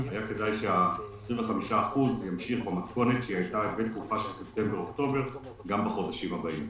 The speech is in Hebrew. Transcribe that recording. כדאי שה-25% ימשיך במתכונת שהיה בספטמבר-אוקטובר גם בחודשים הבאים.